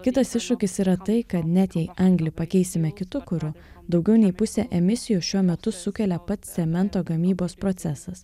kitas iššūkis yra tai kad net jei anglį pakeisime kitu kuru daugiau nei pusė emisijų šiuo metu sukelia pats cemento gamybos procesas